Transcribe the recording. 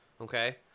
Okay